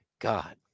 God